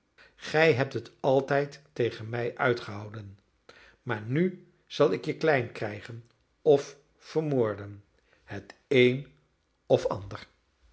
gij hebt het altijd tegen mij uitgehouden maar nu zal ik je klein krijgen of vermoorden het een of ander